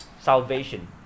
Salvation